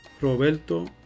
Roberto